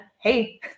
hey